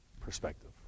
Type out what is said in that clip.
perspective